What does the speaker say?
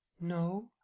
no